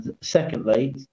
Secondly